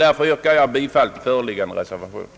Därför yrkar jag bifall till den föreliggande reservationen.